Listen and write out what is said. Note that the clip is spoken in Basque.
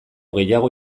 gehiago